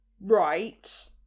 Right